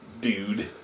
Dude